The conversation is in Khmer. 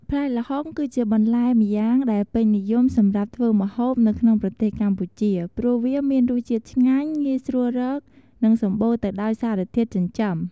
ផ្លែល្ហុង គឺជាបន្លែម្យ៉ាងដែលពេញនិយមសម្រាប់ធ្វើម្ហូបនៅក្នុងប្រទេសកម្ពុជា ព្រោះវាមានរសជាតិឆ្ងាញ់ ងាយស្រួលរក និងសម្បូរទៅដោយសារធាតុចិញ្ចឹម។